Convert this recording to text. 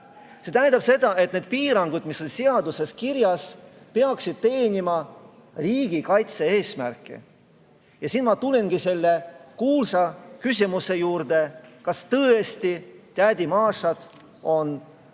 See tähendab seda, et need piirangud, mis on seaduses kirjas, peaksid teenima riigikaitse eesmärki. Siin ma tulengi selle kuulsa küsimuse juurde: kas tõesti tädi Mašad on oht